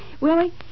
Willie